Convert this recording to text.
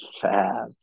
fab